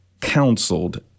counseled